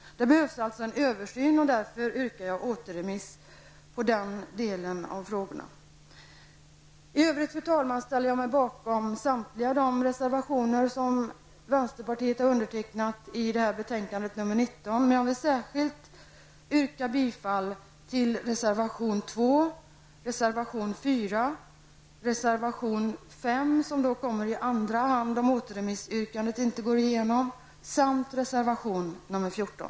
Det behövs en översyn, och därför yrkar jag återremiss av den delen av förslagen. I övrigt, fru talman, ställer jag mig bakom samtliga de reservationer som vänsterpartiet har undertecknat i betänkande nr 19, men jag vill särskilt yrka bifall till reservationerna 2 och 4, till reservation 5, som kommer i andra hand om återremissyrkandet inte går i genom, samt reservation nr 14.